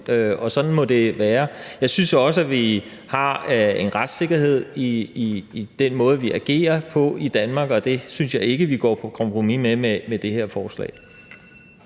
og sådan må det være. Jeg synes også, at vi har en retssikkerhed i den måde, vi agerer på i Danmark, og det synes jeg ikke vi går på kompromis med med det her forslag.